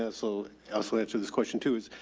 ah so elsewhere to this question too is,